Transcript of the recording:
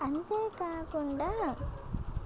అంతేకాకుండా